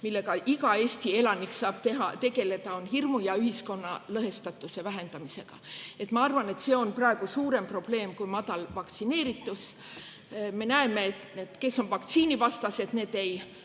mida iga Eesti elanik saab teha: tegeleda hirmu ja ühiskonna lõhestatuse vähendamisega. Ma arvan, et see on praegu suurem probleem kui madal vaktsineerituse tase. Me näeme, et need, kes on vaktsiinivastased, ei